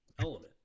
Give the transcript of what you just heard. element